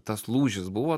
tas lūžis buvo